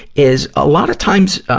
is a lot of times, ah,